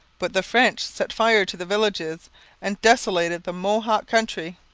but the french set fire to the villages and desolated the mohawk country.